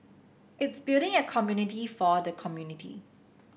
it's building a community for the community